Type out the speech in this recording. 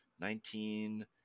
nineteen